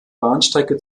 bahnstrecke